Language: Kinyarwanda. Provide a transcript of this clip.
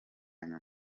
nyuma